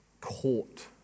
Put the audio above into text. caught